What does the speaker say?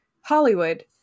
Hollywood